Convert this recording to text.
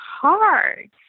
hard